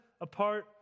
apart